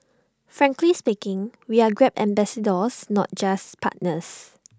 frankly speaking we are grab ambassadors not just partners